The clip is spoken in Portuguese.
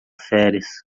férias